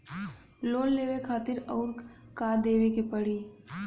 Loan लेवे खातिर अउर का देवे के पड़ी?